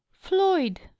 floyd